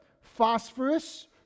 phosphorus